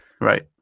Right